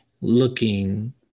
looking